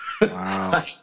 Wow